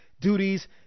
duties